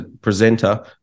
presenter